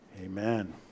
Amen